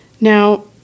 Now